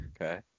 okay